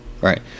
right